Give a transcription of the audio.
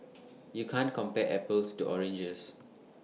you can't compare apples to oranges